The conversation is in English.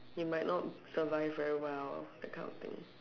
you might not survive very well that kind of thing